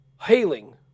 hailing